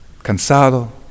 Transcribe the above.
Cansado